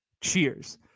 Cheers